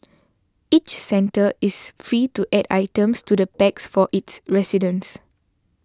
each centre is free to add items to the packs for its residents